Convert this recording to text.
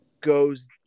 goes